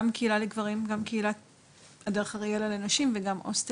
גם הקהילה לגברים וגם קהילת הדרך אריאלה לנשים וגם הוסטלים.